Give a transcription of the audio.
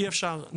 'אי אפשר'.